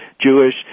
Jewish